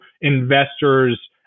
investors